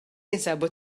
jinsabu